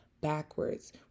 backwards